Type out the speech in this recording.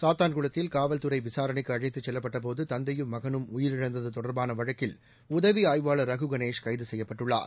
சாத்தான்குளத்தில் காவல்துறை விசாரணைக்கு அழைத்துச் செல்லப்பட்ட போது தந்தையும் மகனும் உயிரிழந்தது தொடர்பான வழக்கில் உதவி ஆய்வாளர் ரகு கணேஷ் கைது செய்யப்பட்டுள்ளார்